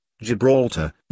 Gibraltar